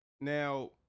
now